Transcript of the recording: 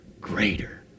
greater